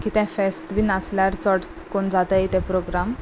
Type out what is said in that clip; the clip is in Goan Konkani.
कितें फेस्त बी आसल्यार चड करून जाताय ते प्रोग्राम